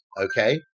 okay